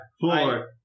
four